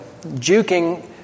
juking